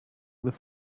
with